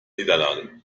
niederlage